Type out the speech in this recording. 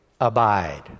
abide